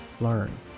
learn